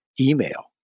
email